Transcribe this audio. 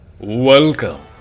Welcome